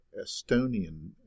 Estonian